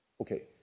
Okay